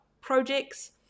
projects